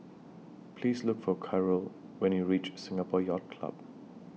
Please Look For Karyl when YOU REACH Singapore Yacht Club